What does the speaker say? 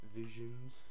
visions